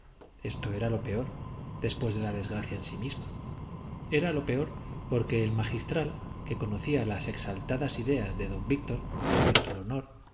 esto era lo peor después de la desgracia en sí misma era lo peor porque el magistral que conocía las exaltadas ideas de don víctor respecto al honor